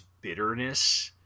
bitterness